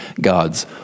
God's